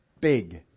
big